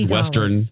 Western